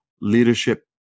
leadership